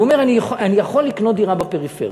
והוא אומר: אני יכול לקנות דירה בפריפריה.